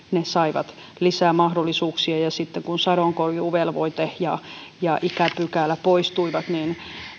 saivat lisää mahdollisuuksia ja sitten kun sadonkorjuuvelvoite ja ja ikäpykälä poistuivat niin